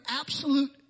absolute